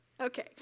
Okay